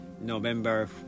November